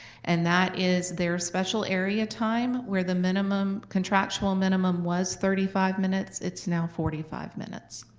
and that is their special area time. where the minimum contractual minimum was thirty five minutes, it's now forty five minutes.